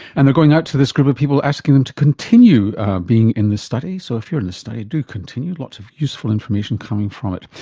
and they are going out to this group of people asking them to continue being in the study, so if you are in the study, do continue, lots of useful information coming from it.